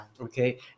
Okay